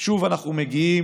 שוב אנחנו מגיעים